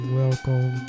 welcome